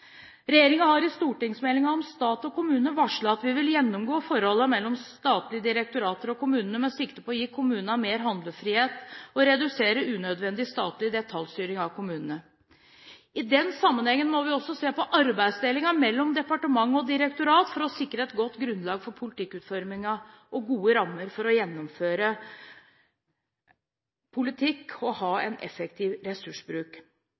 har i stortingsmeldingen om stat og kommune varslet at vi vil gjennomgå forholdet mellom statlige direktorater og kommunene med sikte på å gi kommunene mer handlefrihet og redusere unødvendig statlig detaljstyring av kommunene. I den sammenhengen må vi også se på arbeidsdelingen mellom departement og direktorat for å sikre et godt grunnlag for politikkutforming og gode rammer for å gjennomføre politikk og ha en effektiv ressursbruk.